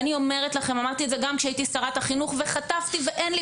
אני אומרת לכם ואמרתי את זה גם כשהייתי שרת החינוך וחטפתי ואין לי